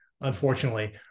unfortunately